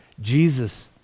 Jesus